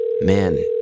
man